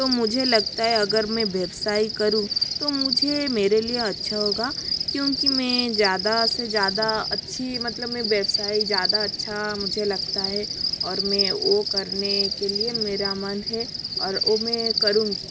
तो मुझे लगता है अगर मैं व्यवसाय करूँ तो मुझे मेरे लिए अच्छा होगा क्योंकि मैं ज़्यादा से ज़्यादा अच्छी मतलब में व्यवसाय ज़्यादा अच्छा मुझे लगता है और में ओ करने के लिए मेरा मन है और ओ मैं करूँगी